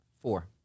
four